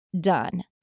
done